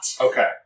Okay